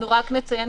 אנחנו רק נציין,